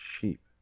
sheep